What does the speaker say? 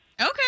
Okay